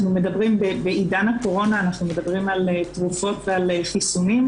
בעידן הקורונה אנחנו מדברים על תרופות ועל חיסונים,